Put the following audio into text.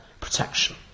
protection